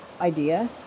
idea